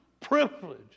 privilege